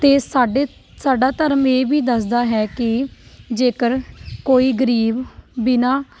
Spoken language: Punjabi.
ਅਤੇ ਸਾਡੇ ਸਾਡਾ ਧਰਮ ਇਹ ਵੀ ਦੱਸਦਾ ਹੈ ਕਿ ਜੇਕਰ ਕੋਈ ਗਰੀਬ ਬਿਨ੍ਹਾਂ